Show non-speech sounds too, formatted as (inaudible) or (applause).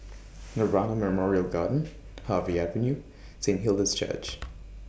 (noise) Nirvana Memorial Garden Harvey Avenue Saint Hilda's Church